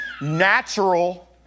natural